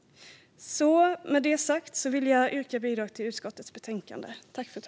Med det sagt yrkar jag bifall till utskottets förslag i betänkandet.